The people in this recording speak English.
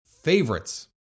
favorites